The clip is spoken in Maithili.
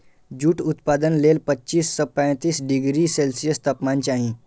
जूट उत्पादन लेल पच्चीस सं पैंतीस डिग्री सेल्सियस तापमान चाही